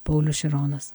paulius šironas